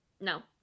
No